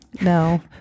no